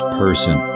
person